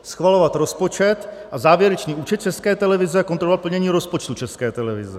schvalovat rozpočet a závěrečný účet České televize a kontrolovat plnění rozpočtu České televize;